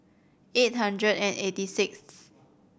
eight hundred and eighty sixth